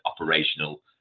operational